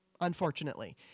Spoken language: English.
Unfortunately